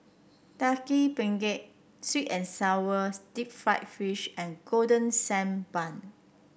Daging Penyet sweet and sour Deep Fried Fish and Golden Sand Bun